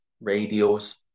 radios